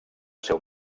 seu